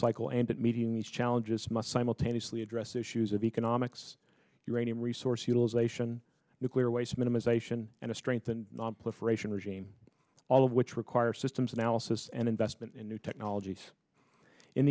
cycle and that meeting these challenges must simultaneously address issues of economics uranium resource utilization nuclear waste minimisation and a strengthened nonproliferation regime all of which require systems analysis and investment in new technologies in